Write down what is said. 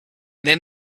then